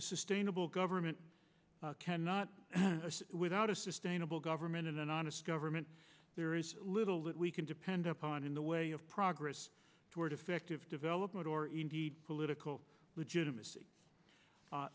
sustainable government cannot without a sustainable government and an honest government there is little that we can depend upon in the way of progress toward effective development or political legitimacy